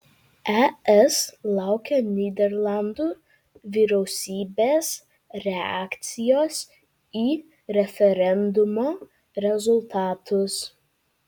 es laukia nyderlandų vyriausybės reakcijos į referendumo rezultatus